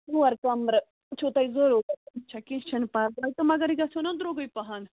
ژور کمرٕ چھِو تۄہہِ ضروٗرت اَچھا کیٚنٛہہ چھُنہٕ پرواے تہٕ مگر یہِ گژھوٕ نا درٛۅگے پہم